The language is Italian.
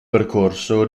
percorso